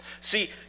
See